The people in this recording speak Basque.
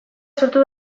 sortu